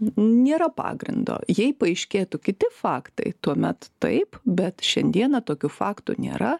nėra pagrindo jei paaiškėtų kiti faktai tuomet taip bet šiandieną tokių faktų nėra